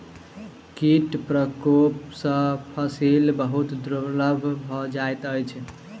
कीट प्रकोप सॅ फसिल बहुत दुर्बल भ जाइत अछि